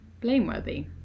blameworthy